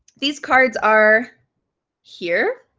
these cards are here.